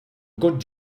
good